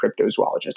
cryptozoologist